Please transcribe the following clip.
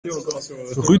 rue